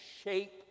shape